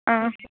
आं